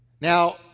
Now